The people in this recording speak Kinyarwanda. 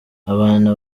abana